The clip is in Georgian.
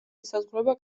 ესაზღვრება